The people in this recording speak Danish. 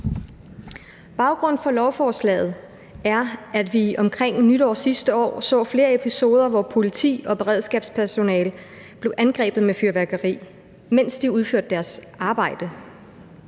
Baggrunden for lovforslaget er, at vi omkring nytår sidste år så flere episoder, hvor politi og beredskabspersonale blev angrebet med fyrværkeri, mens de udførte deres arbejde.